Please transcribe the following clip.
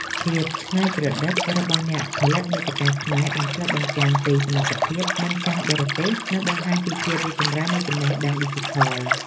ភាពច្នៃប្រឌិតរបស់អ្នកផលិតមាតិកាខ្មែរបានឆ្លុះបញ្ចាំងពីសមត្ថភាពមិនចាញ់បរទេស និងបង្ហាញពីភាពរីកចម្រើននៃចំណេះដឹងឌីជីថល។